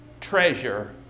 treasure